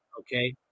okay